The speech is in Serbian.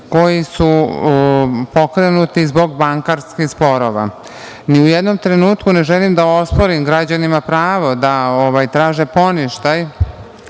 koji su pokrenuti zbog bankarskih sporova. Ni u jednom trenutku ne želim da osporim građanima pravo da traže poništaj